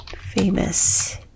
famous